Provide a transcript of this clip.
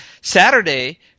Saturday